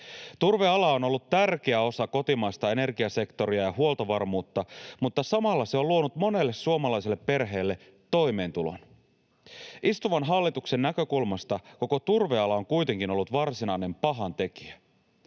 Turveala on ollut tärkeä osa kotimaista energiasektoria ja huoltovarmuutta, mutta samalla se on luonut monelle suomalaiselle perheelle toimeentulon. Istuvan hallituksen näkökulmasta koko turveala on kuitenkin ollut varsinainen pahantekijä.